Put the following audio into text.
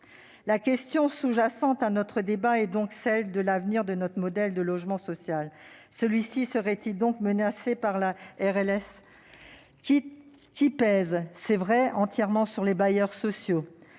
La question sous-jacente à notre débat est donc celle de l'avenir de notre modèle de logement social. Celui-ci est-il véritablement menacé par la RLS, qui pèse entièrement, c'est vrai, sur les bailleurs sociaux ?